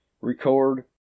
record